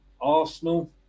arsenal